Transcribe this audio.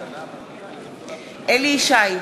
בעד אליהו ישי,